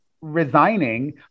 resigning